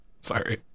sorry